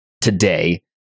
today